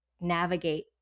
navigate